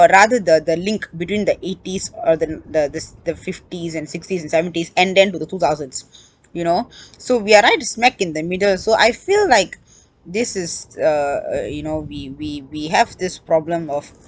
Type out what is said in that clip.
or rather the link between the eighties or the the this the fifties and sixties and seventies and then with the two thousands you know so we are right smack in the middle so I feel like this is uh you know we we we have this problem of